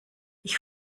ich